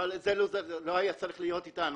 זה לא היה צריך להיות איתנו.